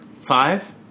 Five